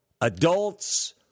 adults